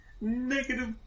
Negative